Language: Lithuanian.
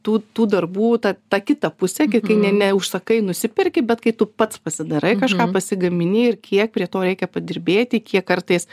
tų tų darbų tą tą kitą pusę kai kai ne neužsakai nusiperki bet kai tu pats pasidarai kažką pasigamini ir kiek prie to reikia padirbėti kiek kartais